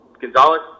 Gonzalez